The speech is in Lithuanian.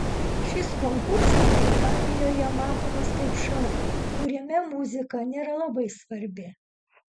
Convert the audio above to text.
šis konkursas britanijoje matomas kaip šou kuriame muzika nėra labai svarbi